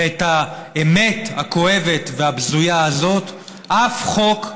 ואת האמת הכואבת והבזויה הזאת אף חוק,